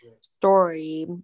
story